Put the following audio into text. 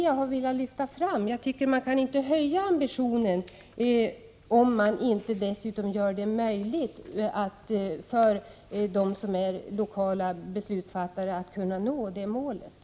Jag tycker att man inte kan höja ambitionen om man inte dessutom gör det möjligt för de lokala beslutsfattarna att nå målet.